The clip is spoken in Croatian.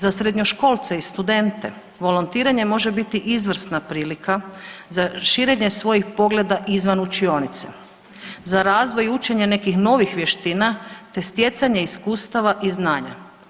Za srednjoškolce i studente volontiranje može biti izvrsna prilika za širenje svojih pogleda izvan učionice, za razvoj učenja nekih novih vještina te stjecanje iskustava i znanja.